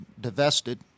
divested